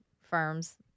firms